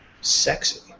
Sexy